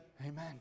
Amen